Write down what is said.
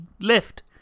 left